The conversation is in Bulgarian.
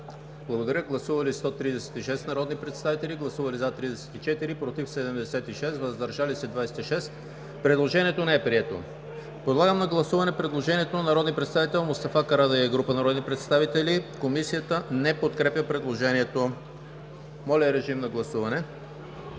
гласуване. Гласували 136 народни представители: за 34, против 76, въздържали се 26. Предложението не е прието. Подлагам на гласуване предложението на народния представител Мустафа Карадайъ и група народни представители, което не се подкрепя от Комисията. Моля, режим на гласуване.